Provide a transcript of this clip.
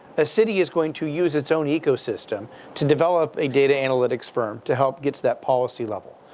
ah city is going to use it's own ecosystem to develop a data analytics firm to help get to that policy level.